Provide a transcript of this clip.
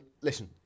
listen